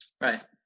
right